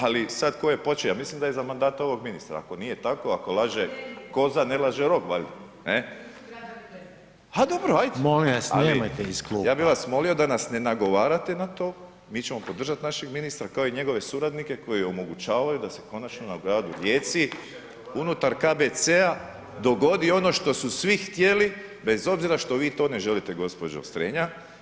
Ali sad tko je počeo ja mislim da je za mandata ovog ministra, ako nije tako, ako laže koza ne laže rog barem. ... [[Upadica se ne čuje.]] Pa dobro, ajde, ali [[Upadica Reiner: Molim vas nemojte iz klupe.]] Ja bih vas molio da nas ne nagovarate na to, mi ćemo podržati našeg ministra kao i njegove suradnike koji omogućavaju da se konačno u gradu Rijeci unutar KBC-a dogodi ono što su svi htjeli bez obzira što vi to ne želite gđa. Strenja.